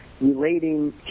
relating